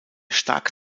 stark